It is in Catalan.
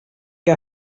que